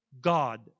god